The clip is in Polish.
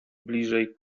bliżej